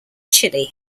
chile